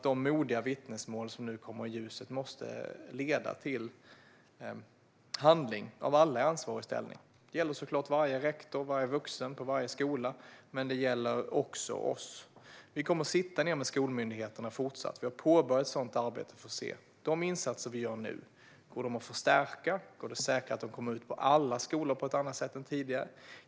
De modiga vittnesmål som nu kommer i ljuset måste leda till handling, av alla i ansvarig ställning. Det gäller såklart varje rektor och varje vuxen på varje skola. Men det gäller också oss. Vi kommer att fortsätta sitta ned med skolmyndigheterna. Vi har påbörjat ett arbete för att se om det går att förstärka de insatser vi gör nu, om det går att säkra att de kommer ut på alla skolor på ett annat sätt än tidigare.